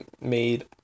made